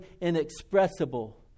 inexpressible